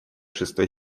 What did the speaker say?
шестой